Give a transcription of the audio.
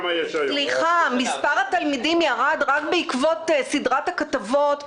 מספר התלמידים ירד רק בעקבות סדרת הכתבות,